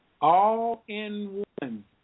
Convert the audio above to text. all-in-one